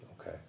Okay